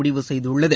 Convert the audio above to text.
முடிவு செய்துள்ளது